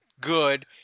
good